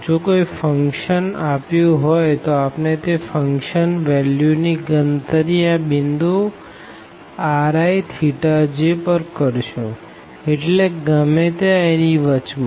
જો કોઈ ફંક્શન આપ્યું હોઈ તો આપણે તે ફંક્શન વેલ્યુ ની ગણતરી આ પોઈન્ટ rij પર કરશું એટલે ગમે ત્યાં એની વચમાં